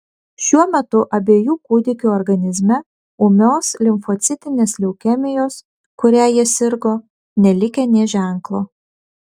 šiuo metu abiejų kūdikių organizme ūmios limfocitinės leukemijos kuria jie sirgo nelikę nė ženklo